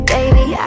Baby